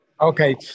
Okay